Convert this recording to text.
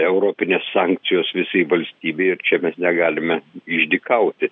europinės sankcijos visai valstybei ir čia mes negalime išdykauti